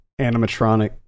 animatronic